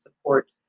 support